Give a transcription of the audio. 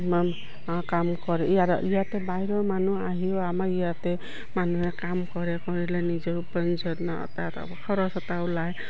কাম কৰে ইয়াৰ ইয়াতে বাহিৰৰ মানুহ আহিও আমাৰ ইয়াতে মানুহে কাম কৰে কৰিলে নিজৰ উপাৰ্জন তাৰ খৰচ এটা ওলায়